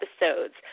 episodes